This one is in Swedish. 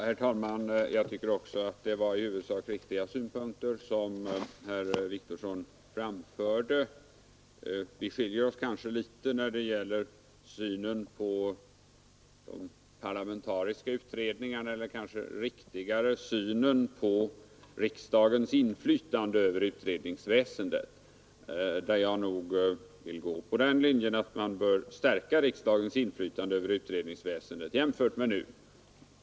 Herr talman! Jag tycker nog också att det var i huvudsak riktiga Fredagen den synpunkter som herr Wictorsson framförde. Vi skiljer oss kanske litet när 10 fioveniber 1972 det gäller synen på de parlamentariska utredningarna eller kanske riktigare i synen på riksdagens inflytande över utredningsväsendet. Där b i ningsoch remiss vill jag nog gå på den linjen att man bör stärka riksdagens inflytande jämfört med nu.